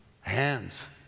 Hands